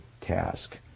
task